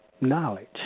knowledge